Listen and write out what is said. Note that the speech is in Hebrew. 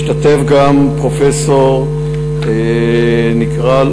השתתף גם פרופסור אפק,